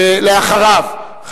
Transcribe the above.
ואחריו,